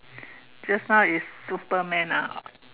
just now is Superman ah